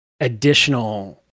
additional